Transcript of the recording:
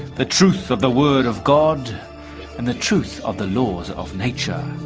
the truth of the word of god and the truth of the laws of nature.